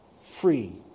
Free